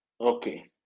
Okay